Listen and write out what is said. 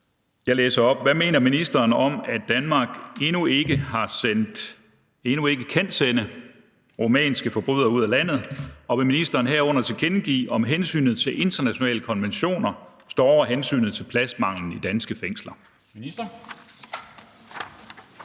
Jeg læser op: Hvad mener ministeren om at Danmark endnu ikke kan sende rumænske forbrydere ud af landet, og vil ministeren herunder tilkendegive, om hensynet til internationale konventioner står over hensynet til pladsmanglen i danske fængsler? Kl.